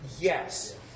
Yes